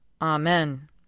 Amen